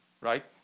right